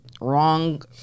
wrong